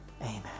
Amen